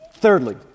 Thirdly